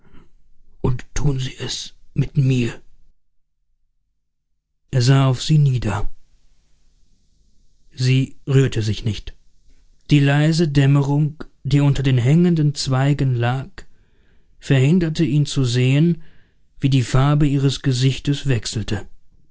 hinzu und tun sie es mit mir er sah auf sie nieder sie rührte sich nicht die leise dämmerung die unter den hängenden zweigen lag verhinderte ihn zu sehen wie die farbe ihres gesichtes wechselte